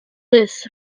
this